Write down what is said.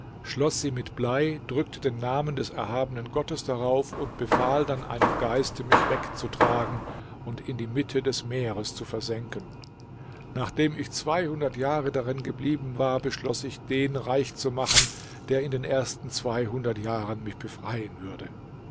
schloß sie mit blei drückte den namen des erhabenen gottes darauf und befahl dann einem geiste mich wegzutragen und in die mitte des meeres zu versenken nachdem ich jahre darin geblieben war beschloß ich den reich zu machen der in den ersten jahren mich befreien würde